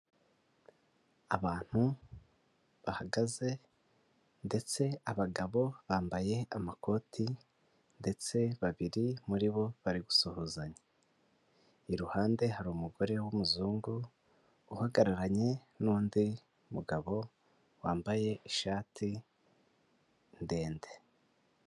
Abantu bahagaze ndetse abagabo bambaye amakoti ndetse babiri muri bo bari gusuhuzanya, iruhande hari umugore w'umuzungu uhagararanye n'undi mugabo wambaye ishati ndende.